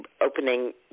opening